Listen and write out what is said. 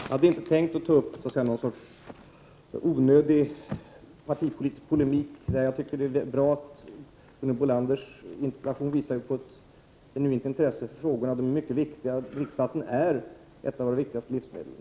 Fru talman! Jag hade inte tänkt ta upp någon onödig partipolitisk polemik. Gunhild Bolanders interpellation visar på ett genuint intresse för de här frågorna, och de är verkligen viktiga — dricksvatten är ju ett av våra viktigaste livsmedel.